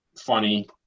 funny